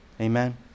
Amen